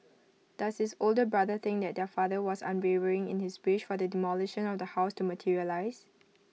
does his older brother think their father was unwavering in his wish for the demolition of the house to materialise